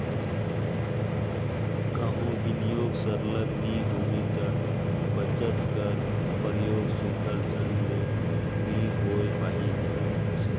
कहों बिनियोग सरलग नी होही ता बचत कर परयोग सुग्घर ढंग ले नी होए पाही